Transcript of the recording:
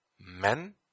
men